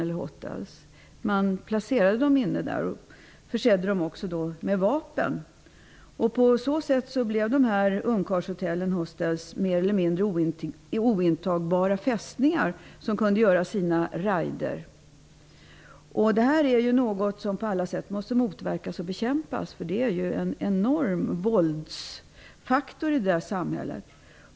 De placerades där och försågs med vapen. På så sätt blev ungkarlshotellen mer eller mindre ointagbara fästningar, varifrån raider gjordes. Det här är något som på alla sätt måste motverkas och bekämpas, då det är en enorm våldsfaktor i samhället.